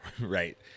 Right